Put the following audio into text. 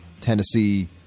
Tennessee